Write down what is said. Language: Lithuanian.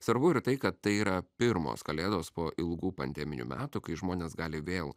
svarbu ir tai kad tai yra pirmos kalėdos po ilgų pandeminių metų kai žmonės gali vėl